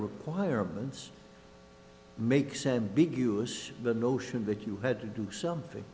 requirements makes ambiguous the notion that you had to do something